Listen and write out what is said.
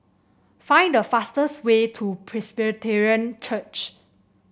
find the fastest way to Presbyterian Church